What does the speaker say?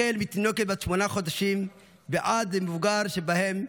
מתינוקת בת שמונה חודשים ועד המבוגר שבהם,